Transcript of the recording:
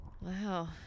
wow